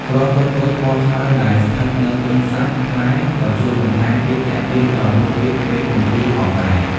គ្រាប់តូចៗពណ៌ខ្មៅដែលស្ថិតនៅពេញសាច់ផ្លែក៏ជួយបន្ថែមភាពទាក់ទាញដល់រសជាតិពេលទំពារផងដែរ។